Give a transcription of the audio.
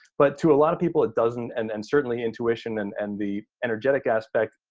but to a lot of people it doesn't. and and certainly intuition and and the energetic aspect,